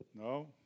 No